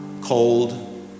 cold